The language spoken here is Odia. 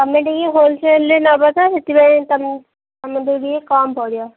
ତମେ ଟିକେ ହୋଲସେଲ୍ରେ ନେବ ତ ସେଥିପାଇଁ ଟିକେ କମ୍ ପଡ଼ିବ